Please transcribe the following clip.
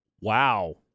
wow